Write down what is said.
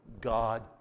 God